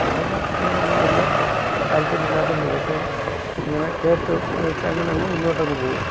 നമ്മൾക്ക് അതിനോടൊന്നും വലിയ താൽപ്പര്യം ഇല്ലാത്തത് കൊണ്ട് ഇതൊക്കെ ഇങ്ങനെ കേട്ടു വച്ചു അങ്ങനെ അങ്ങു മുന്നോട്ട് അങ്ങ് പോകും